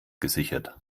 gesichert